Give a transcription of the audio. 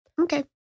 Okay